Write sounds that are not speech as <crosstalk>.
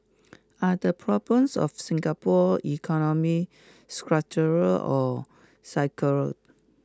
are the problems of Singapore economy structural or <unintelligible>